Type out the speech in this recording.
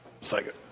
Second